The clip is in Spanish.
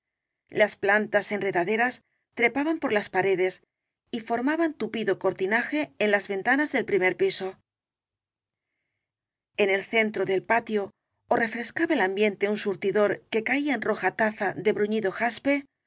las plantas enredaderas trepaban por las paredes y formaban tupido corti naje en las ventanas del primer piso en el centio del patio ó refrescaba el ambiente un surtidor que caía en roja taza de bruñido jaspe